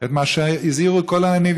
את מה שהזהירו כל הנביאים: